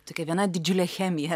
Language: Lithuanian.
tokia viena didžiulė chemija